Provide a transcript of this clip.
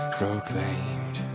proclaimed